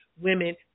women